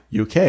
UK